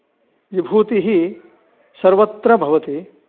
विभूतिः सर्वत्र भवति